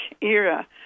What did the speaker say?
era